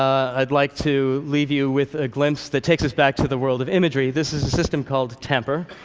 i'd like to leave you with a glimpse that takes us back to the world of imagery. this is a system called tamper,